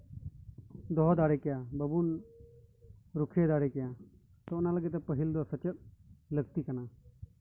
ᱫᱚᱦᱚ ᱫᱟᱲᱮᱠᱮᱭᱟ ᱵᱟᱵᱩᱱ ᱨᱩᱠᱷᱭᱟᱹ ᱫᱟᱲᱮ ᱠᱮᱭᱟ ᱛᱚ ᱚᱱᱟ ᱞᱟᱹᱜᱤᱫ ᱛᱮ ᱯᱟᱹᱦᱤᱞ ᱫᱚ ᱥᱮᱪᱮᱫ ᱞᱟᱹᱠᱛᱤ ᱠᱟᱱᱟ